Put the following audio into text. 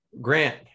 Grant